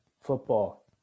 football